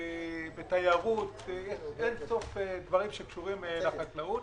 בתיירות, יש אין-ספור דברים שקשורים לחקלאות.